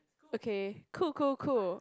okay cool cool cool